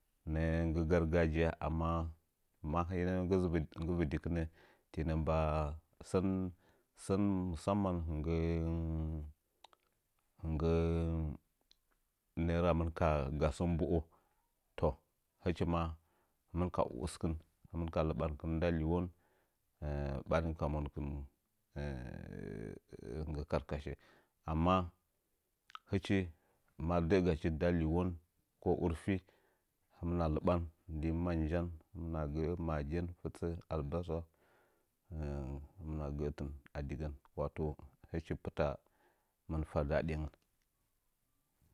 Nəꞌə nggɨ gargajiya amma ma rəhə'əinə dɨkɨnə ba musaman hinggə nə'ə ramɨn ka gassə mbu'o toh hɨchi ma hɨmɨn ka uskɨn ka lɨɓakɨn nda liuwwon barin ka monkɨn karkache amma hɨchi ma də'əgachi nda liuwon ko wurfi hɨmna liɓan ndi manja himna gə'ə maagan fɨtsə albasa hɨmna gələtɨn adigən wato hɨchi pita mɨn fa dadungən